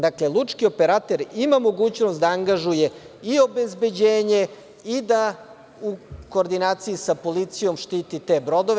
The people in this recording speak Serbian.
Dakle, lučki operater ima mogućnost da angažuje i obezbeđenje i da u koordinaciji sa policijom štiti te brodove.